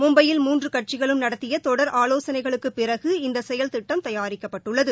மும்பையில் மூன்று கட்சிகளும் நடத்திய தொடர் ஆலோசனைகளுக்குப் பிறகு இந்த செயல் திட்டம் தயாரிக்கப்பட்டுள்ளது